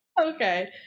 okay